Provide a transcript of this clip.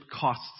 costs